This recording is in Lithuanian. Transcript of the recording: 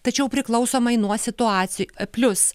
tačiau priklausomai nuo situacijų plius